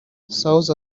south